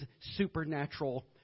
supernatural